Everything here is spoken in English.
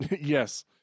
Yes